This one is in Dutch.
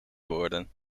worden